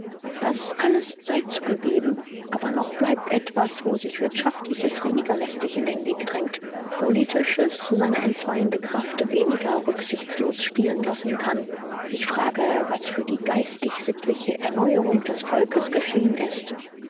das alles sei zugegeben aber noch bleibt etwas wo sich wirtschaftliches weniger lästig in den weg drängt politisches seine entzweiende kraft weniger rücksichtslos spielen lassen kann ich frage was für die geistig-sittliche erneuerung des volkes geschehen ist